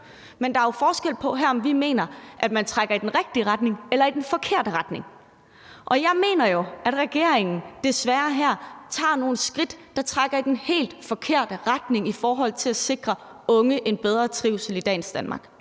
men der er forskel på her, om man trækker i den rigtige retning eller i den forkerte retning. Jeg mener jo, at regeringen her desværre tager nogle skridt, der trækker i den helt forkerte retning i forhold til at sikre unge en bedre trivsel i dagens Danmark,